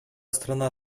страна